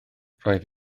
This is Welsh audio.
roedd